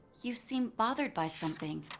you seem bothered by something.